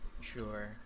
Sure